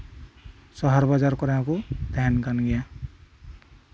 ᱥᱟᱦᱟᱨ ᱵᱟᱡᱟᱨ ᱠᱚᱨᱮ ᱦᱚᱸᱠᱚ ᱛᱟᱦᱮᱱ ᱠᱟᱱ ᱜᱮᱭᱟ